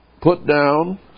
put-down